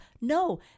No